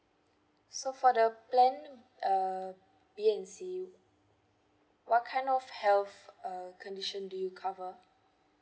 so for the plan uh b and c what kind of health uh condition do you cover